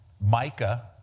Micah